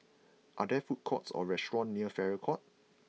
are there food courts or restaurants near Farrer Court